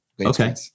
Okay